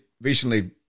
recently